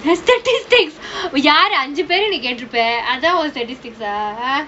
the statistics யாரு அஞ்சு பேர நீ கேட்டிருப்ப அதான் ஒன்:yaaru anju pera nee kettiruppa athaan on statistics ah